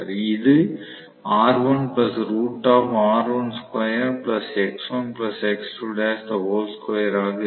இது ஆக இருக்கும்